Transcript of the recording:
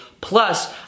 Plus